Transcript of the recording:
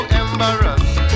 embarrassed